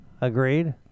Agreed